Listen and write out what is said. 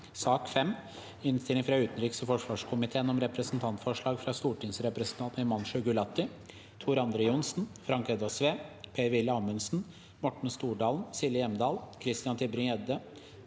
Innstilling fra utenriks- og forsvarskomiteen om Representantforslag fra stortingsrepresentantene Himanshu Gulati, Tor André Johnsen, Frank Edvard Sve, Per-Willy Amundsen, Morten Stordalen, Silje Hjemdal, Christian Tybring-Gjedde,